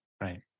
Right